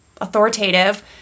authoritative